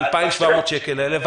ה-2,700 השקלים האלה.